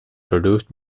produced